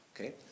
Okay